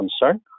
concern